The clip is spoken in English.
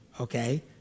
Okay